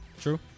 True